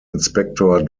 inspector